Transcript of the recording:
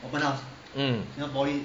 mm